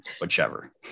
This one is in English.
whichever